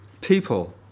people